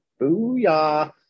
booyah